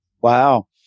Wow